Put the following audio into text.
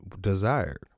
desired